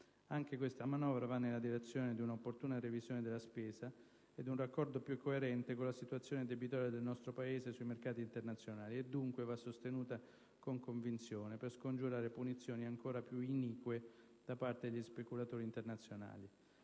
Anche questa manovra va nella direzione di una opportuna revisione della spesa e di un raccordo più coerente con la situazione debitoria del nostro Paese sui mercati internazionali e, dunque, va sostenuta con convinzione, per scongiurare punizioni ancora più inique da parte degli speculatori internazionali.